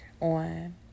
on